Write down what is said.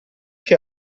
che